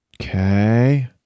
Okay